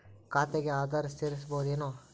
ಖಾತೆಗೆ ಆಧಾರ್ ಸೇರಿಸಬಹುದೇನೂ?